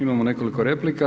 Imamo nekoliko replika.